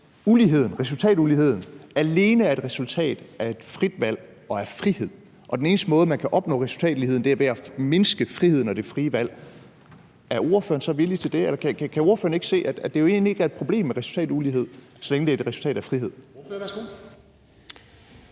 resultatuligheden alene er et resultat af et frit valg og frihed og den eneste måde, man kan opnå resultatligheden, er ved at mindske friheden og det frie valg, er ordføreren så villig til det, eller kan ordføreren ikke se, at det jo egentlig ikke er et problem med resultatulighed, så længe det er et resultat af frihed? Kl.